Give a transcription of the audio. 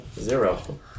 Zero